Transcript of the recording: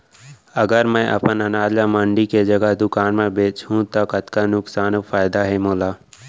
अगर मैं अपन अनाज ला मंडी के जगह दुकान म बेचहूँ त कतका नुकसान अऊ फायदा हे मोला?